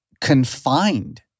confined